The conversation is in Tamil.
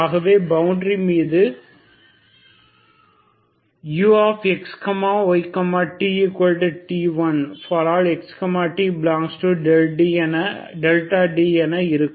ஆகவே பவுண்டரி மீது uxytT1 ∀xy∈δD என இருக்கும்